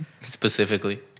Specifically